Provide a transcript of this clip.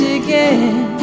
again